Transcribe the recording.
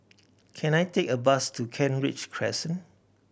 can I take a bus to Kent Ridge Crescent